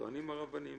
הטוענים הרבניים.